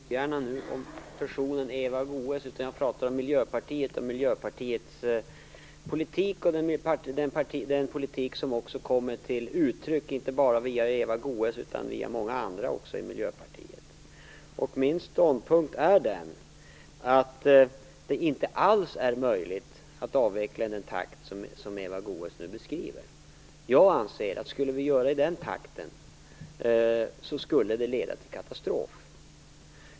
Herr talman! Jag pratar ogärna om personen Eva Goës. I stället pratar jag om Miljöpartiet och Miljöpartiets politik. Det gäller då den politik som kommer till uttryck inte bara via Eva Goës utan också via många andra i Miljöpartiet. Min ståndpunkt är att det inte alls är möjligt att avveckla i den takt som Eva Goës nu beskriver. Jag anser att det, om vi gjorde det i den takten, skulle leda till en katastrof.